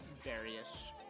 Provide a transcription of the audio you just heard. various